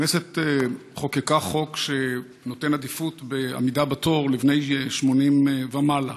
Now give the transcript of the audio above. הכנסת חוקקה חוק שנותן עדיפות בעמידה בתור לבני 80 ומעלה.